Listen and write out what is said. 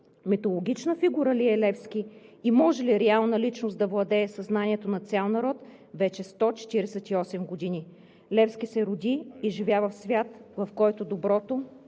митологична фигура ли е Левски и може ли реална личност да владее съзнанието на цял народ вече 148 години? Левски се роди и живя в свят, в който доброто